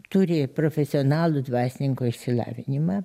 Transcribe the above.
turi profesionalų dvasininko išsilavinimą